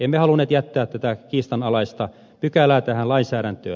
emme halunneet jättää tätä kiistanalaista pykälää tähän lainsäädäntöön